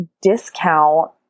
discount